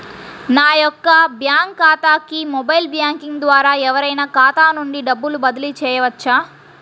నా యొక్క బ్యాంక్ ఖాతాకి మొబైల్ బ్యాంకింగ్ ద్వారా ఎవరైనా ఖాతా నుండి డబ్బు బదిలీ చేయవచ్చా?